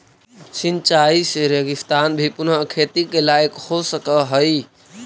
सिंचाई से रेगिस्तान भी पुनः खेती के लायक हो सकऽ हइ